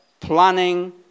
planning